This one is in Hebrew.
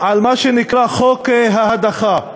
על מה שנקרא חוק ההדחה.